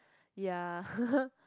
ya